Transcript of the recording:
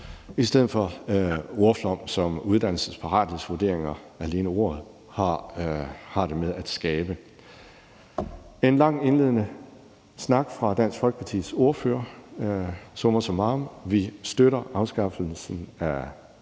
i stedet for den ordflom, som uddannelsesparathedsvurderingen – alene ordet! – har det med at skabe. Det var en lang indledende snak fra Dansk Folkepartis ordfører. Summa summarum: Vi støtter afskaffelsen af